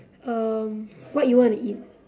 um what you wanna eat